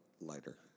lighter